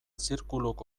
zirkuluk